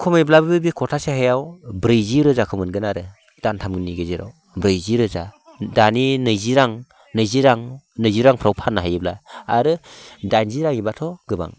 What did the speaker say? खमैब्लाबो बे खथासे हायाव ब्रैजि रोजाखौ मोनगोन आरो दानथामनि गेजेराव ब्रैजि रोजा दानि नैजि रां नैजि रांफोराव फाननो हायोब्ला आरो दाइनजि जायोब्लाथ' गोबां